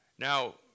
Now